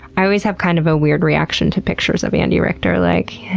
i always have kind of a weird reaction to pictures of andy richter like